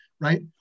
right